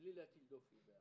בלי להטיל דופי.